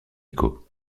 écho